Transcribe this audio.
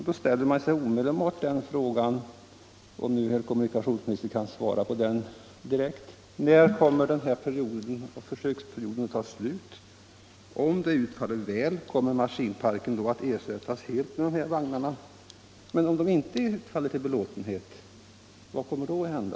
Då vill man omedelbart ställa frågan - om nu kommunikationsministern kan svara på den direkt: När kommer den här försöksperioden att ta slut? Om försöken utfaller väl, kommer maskinparken helt att ersättas med sådana vagnar? Om de inte utfaller till belåtenhet, vad kommer då att hända?